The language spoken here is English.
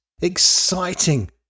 exciting